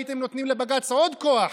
הייתם נותנים לבג"ץ עוד כוח,